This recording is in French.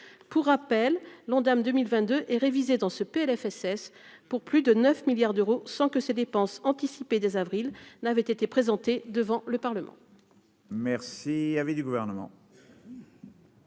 pour rappel, l'Ondam 2000 22 et réviser dans ce PLFSS pour plus de 9 milliards d'euros, sans que ces dépenses anticipées dès avril n'avait été présenté devant le Parlement.